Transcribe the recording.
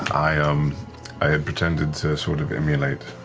i um i had pretended to sort of emulate